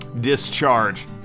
Discharge